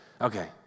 Okay